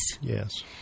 Yes